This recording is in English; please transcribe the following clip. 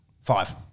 Five